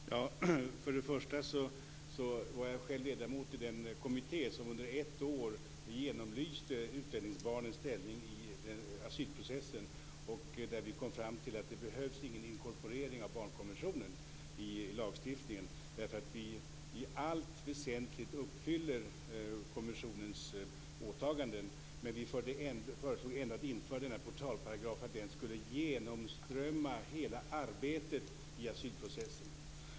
Fru talman! För det första var jag själv ledamot i den kommitté som under ett år genomlyste utredningsbarnens ställning i asylprocessen. Vi kom fram till att det inte behövs någon inkorporering av barnkonventionen i lagstiftningen, därför att vi i allt väsentligt uppfyller konventionens åtaganden. Men vi föreslog ändå att denna portalparagraf skulle införas och att den skulle genomsyra hela arbetet i asylprocessen.